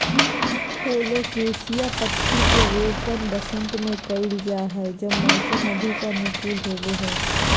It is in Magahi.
कोलोकेशिया पत्तियां के रोपण वसंत में कइल जा हइ जब मौसम अधिक अनुकूल होबो हइ